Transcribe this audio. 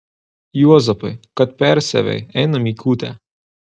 juozapai kad persiavei einam į kūtę